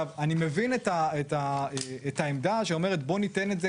אני מבין את העמדה שאומרת בואו ניתן את זה